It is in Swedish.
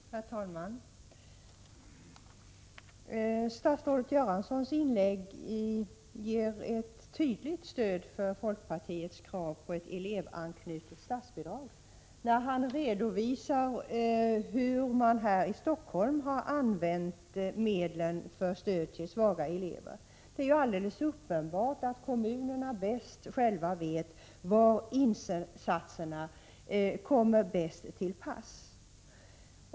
Herr talman! Statsrådet Göranssons inlägg ger ett tydligt stöd för folkpartiets krav på ett elevanknutet statsbidrag, när han redovisar hur man här i Stockholm har använt medlen för stöd för svaga elever. Det är alldeles uppenbart att kommunerna själva bäst vet var insatserna kommer bäst till pass.